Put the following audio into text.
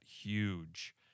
huge